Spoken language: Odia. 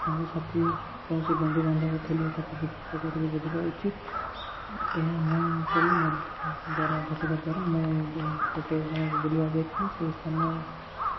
ସାଙ୍ଗସାଥି କୌଣସି ବନ୍ଧୁବାନ୍ଧବ ଥିଲେ ତାକୁ ପଚାରିକି ବୁଝିବା ଉଚିତ ଏହା ମୁଁ କଲି ମୋ ଦ୍ୱାରା ଘଟିବା ଦ୍ୱାରା ମୁଁ ଗୋଟେ ଯାହା ବୁଲିବା ଯାଇଥିଲି ସେଇ ସ୍ଥାନୀୟ